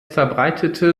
verbreitete